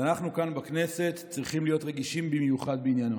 אנחנו כאן בכנסת צריכים להיות רגישים במיוחד בעניינו.